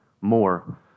More